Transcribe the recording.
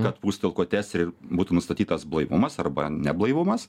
kad pūst į alkotesterį ir būtų nustatytas blaivumas arba neblaivumas